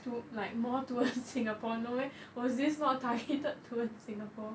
to like more towards singapore no meh was this not a targeted towards singapore